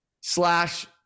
slash